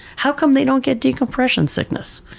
how come they don't get decompression sickness?